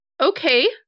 okay